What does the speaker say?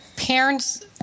Parents